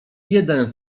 jeden